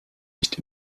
nicht